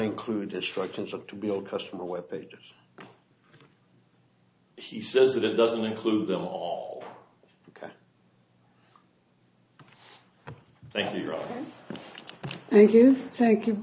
include destructions of to build customer web pages he says that it doesn't include them all ok thank you thank you thank you